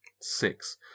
Six